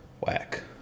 Whack